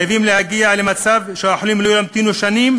חייבים להגיע למצב שהחולים לא ימתינו שנים